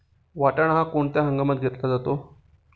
वाटाणा हा कोणत्या हंगामात घेतला जातो?